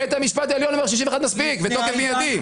בית המשפט העליון אומר ש-61 מספיק ותוקף מידי.